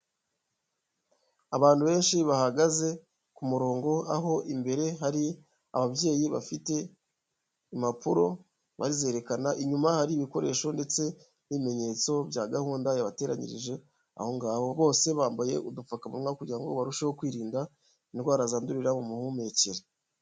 Abantu benshi bahagaze ku murongo aho imbere hari ababyeyi bafite impapuro bazerekana, inyuma hari ibikoresho ndetse n'ibimenyetso bya gahunda yabateranyirije ahongaho, bose bambaye udupfukamunwa kugira ngo barusheho kwirinda indwara zandurira mu mihumekere.